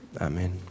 Amen